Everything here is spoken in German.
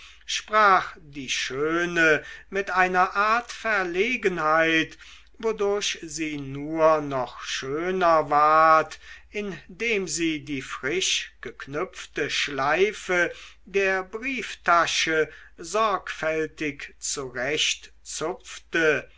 sprach die schöne mit einer art von verlegenheit wodurch sie nur noch schöner ward indem sie die frisch geknüpfte schleife der brieftasche sorgfältig zurechtzupfte